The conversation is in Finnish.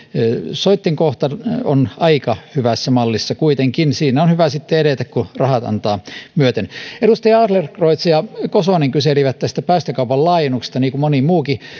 soitten kohta on aika hyvässä mallissa kuitenkin siinä on hyvä sitten edetä kun rahat antavat myöten edustajat adlercreutz ja kosonen kyselivät päästökaupan laajennuksesta niin kuin moni muukin